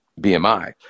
BMI